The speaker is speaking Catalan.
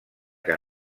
que